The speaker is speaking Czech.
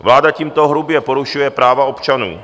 Vláda tímto hrubě porušuje práva občanů.